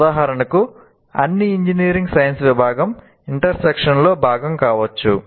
ఉదాహరణకు అన్ని engineering science భాగం ఇంటర్సెక్షన్ లో భాగం కావచ్చు